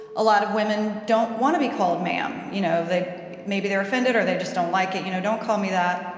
a lot of women don't want to be called ma'am. you know maybe they're offended or they just don't like it, you know don't call me that,